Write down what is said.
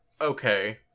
okay